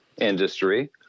industry